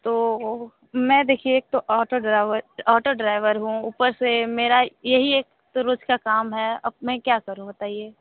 तो मैं देखिए एक तो ऑटो ड्राइवर ऑटो ड्राइवर हूँ ऊपर से मेरा यही एक तो रोज़ का काम है अब मैं क्या करूँ बताइए